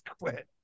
quit